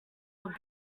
were